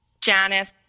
Janice